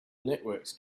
networks